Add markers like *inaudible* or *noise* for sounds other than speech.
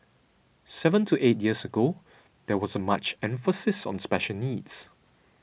seven to eight years ago *noise* there wasn't such emphasis on special needs